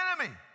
enemy